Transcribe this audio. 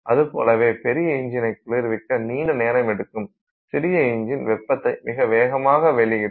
அது போலவே பெரிய இஞ்சினை குளிர்விக்க நீண்ட நேரம் எடுக்கும் சிறிய இஞ்சின் வெப்பத்தை மிக வேகமாக வெளியிடும்